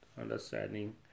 understanding